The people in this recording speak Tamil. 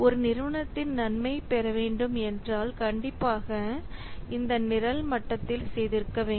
ஒரு நிறுவனத்தில் நன்மை பெற வேண்டும் என்றால் கண்டிப்பாக இதை நிரல் மட்டத்தில் செய்திருக்க வேண்டும்